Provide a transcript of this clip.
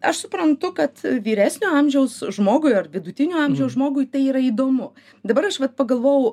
aš suprantu kad vyresnio amžiaus žmogui ar vidutinio amžiaus žmogui tai yra įdomu dabar aš vat pagalvojau